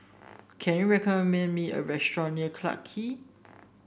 can you recommend me a restaurant near Clarke Quay